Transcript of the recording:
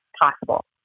possible